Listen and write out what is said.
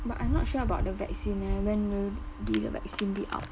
but I not sure about the vaccine eh when will be the vaccine be out